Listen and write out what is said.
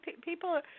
people